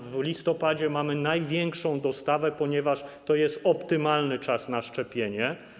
W listopadzie mamy największą dostawę, ponieważ to jest optymalny czas na szczepienie.